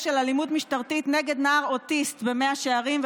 של אלימות משטרתית נגד נער אוטיסט במאה שערים,